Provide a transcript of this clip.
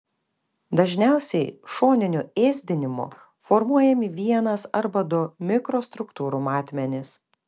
dažniausiai šoniniu ėsdinimu formuojami vienas arba du mikrostruktūrų matmenys